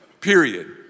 period